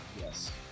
Yes